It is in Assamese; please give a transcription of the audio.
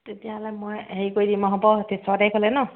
তেতিয়াহ'লে মই হেৰি কৰি দিম আৰু হ'ব সেই ছয় তাৰিখলৈ ন